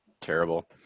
terrible